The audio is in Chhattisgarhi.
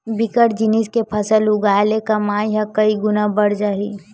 बिकट जिनिस के फसल उगाय ले कमई ह कइ गुना बाड़ जाही